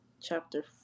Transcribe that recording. chapter